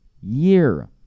year